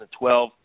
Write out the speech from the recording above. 2012